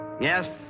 Yes